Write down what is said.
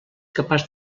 capaç